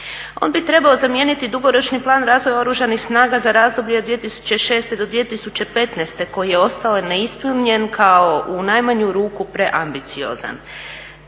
On bi trebao zamijeniti dugoročni plan razvoja Oružanih snaga za razdoblje 2006.do 2015.koji je ostao neispunjen kao u najmanju ruku preambiciozan.